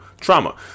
trauma